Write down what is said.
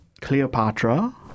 Cleopatra